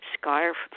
scarf